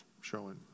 showing